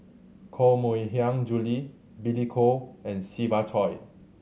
Koh Mui Hiang Julie Billy Koh and Siva Choy